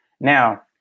Now